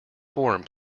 form